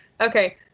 Okay